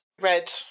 Red